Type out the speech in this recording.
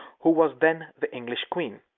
who was then the english queen,